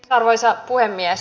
arvoisa puhemies